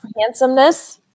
handsomeness